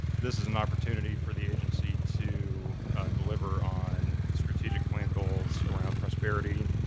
this is an opportunity for the agency to deliver on strategic plan goals around prosperity,